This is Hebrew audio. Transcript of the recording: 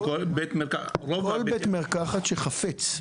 כל בית מרקחת שחפץ.